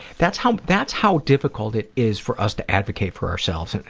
that's how that's how difficult it is for us to advocate for ourselves. and